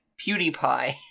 PewDiePie